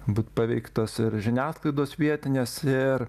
būt paveiktas ir žiniasklaidos vietinės ir